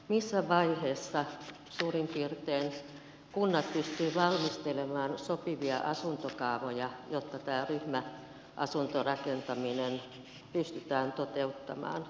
missä vaiheessa suurin piirtein kunnat pystyvät valmistelemaan sopivia asuntokaavoja jotta tämä ryhmäasuntorakentaminen pystytään toteuttamaan